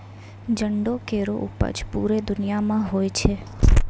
जंडो केरो उपज पूरे दुनिया म होय छै